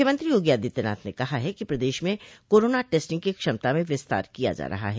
मूख्यमंत्री योगी आदित्यनाथ ने कहा है कि प्रदश में कोरोना टेस्टिंग की क्षमता में विस्तार किया जा रहा है